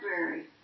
Library